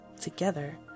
Together